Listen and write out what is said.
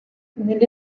nelle